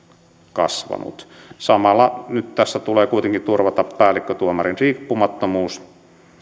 kasvanut samalla tässä tulee kuitenkin turvata päällikkötuomarin riippumattomuus